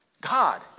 God